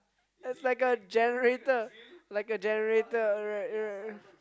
it's like a generator like a generator right right right